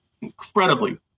incredibly